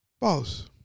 boss